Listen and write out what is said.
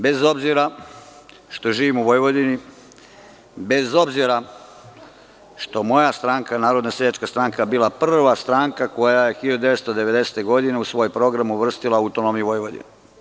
Bez obzira što živim u Vojvodini, bez obzira što je moja stranka NSS bila prva stranka koja je 1990. godine u svoj program uvrstila autonomiju Vojvodine.